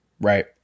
right